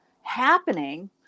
happening